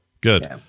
good